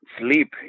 sleep